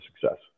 success